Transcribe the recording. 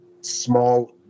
small